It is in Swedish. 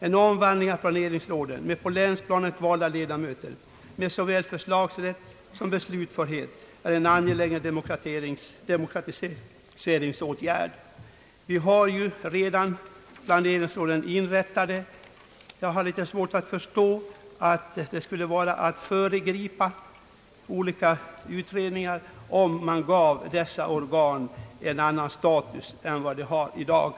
En omvandling av planeringsråden med på länsplanet valda ledamöter med såväl förslagsrätt som beslutförhet är en angelägen demokratiseringsåtgärd. Vi har ju redan planeringsråden inrättade. Jag har litet svårt att förstå att det skulle vara att föregripa olika utredningar om man gav dessa organ en annan status än de har i dag.